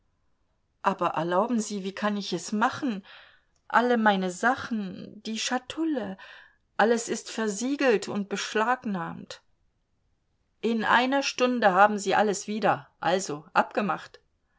aber erlauben sie wie kann ich es machen alle meine sachen die schatulle alles ist versiegelt und beschlagnahmt in einer stunde haben sie alles wieder also abgemacht